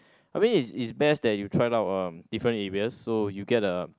I mean is is best that you try out uh different areas so you get a